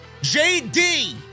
JD